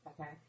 okay